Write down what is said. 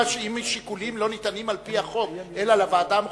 אם שיקולים לא ניתנים על-פי החוק אלא לוועדה המחוזית,